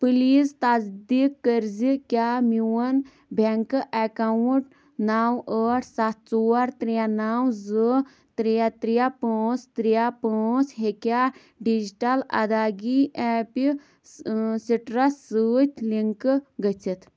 please تصدیق کٔر زِ کیٛاہ میون بٮ۪نٛکہٕ اٮ۪کاوُنٛٹ نَو ٲٹھ سَتھ ژور ترٛےٚ نَو زٕ ترٛےٚ ترٛےٚ پانٛژھ ترٛےٚ پانٛژھ ہیٚکیٛا ڈِجٹل اداگی ایپہِ سِٹرٛٮ۪س سۭتۍ لِنٛکہٕ گٔژھِتھ